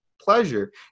pleasure